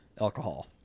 alcohol